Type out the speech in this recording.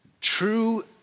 True